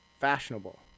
fashionable